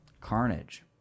carnage